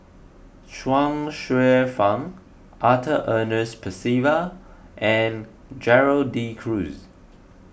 Chuang Hsueh Fang Arthur Ernest Percival and Gerald De Cruz